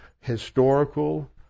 historical